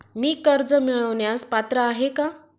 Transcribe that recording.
मी कर्ज मिळवण्यास पात्र आहे का?